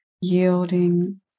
yielding